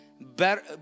better